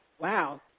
wow.